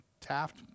Taft